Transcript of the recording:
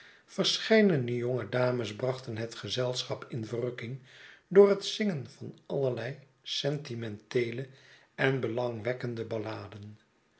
verscheiden jonge dames brachten het gezelschap in verrukking door het zingen van allerlei sentimenteele en belangwekkende balladen